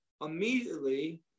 immediately